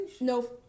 No